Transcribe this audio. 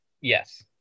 yes